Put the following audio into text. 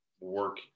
work